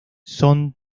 son